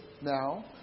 now